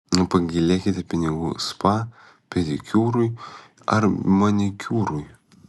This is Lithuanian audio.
nepagailėkite pinigų spa pedikiūrui ar manikiūrui